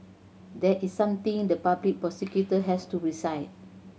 that is something the public prosecutor has to decide